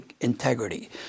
integrity